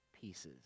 pieces